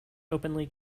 openly